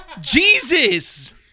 Jesus